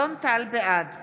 בעד